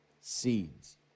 seeds